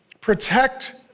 protect